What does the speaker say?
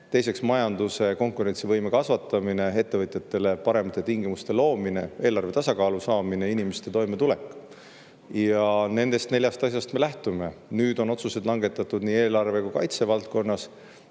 majanduse konkurentsivõime kasvatamine, ettevõtjatele paremate tingimuste loomine, eelarve tasakaalu saamine ja inimeste toimetulek. Ja nendest neljast asjast me lähtume. Nüüd on otsused langetatud nii eelarve- kui ka kaitsevaldkonnas.